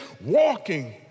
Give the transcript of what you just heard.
walking